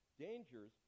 dangers